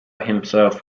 himself